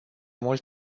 mult